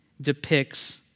depicts